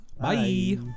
bye